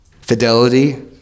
fidelity